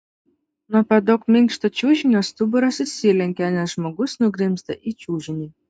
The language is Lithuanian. nuo per daug minkšto čiužinio stuburas išsilenkia nes žmogus nugrimzta į čiužinį